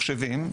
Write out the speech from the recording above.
מחשבים,